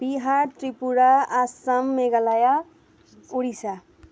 Bihar Tripura Assam Meghalaya Odisha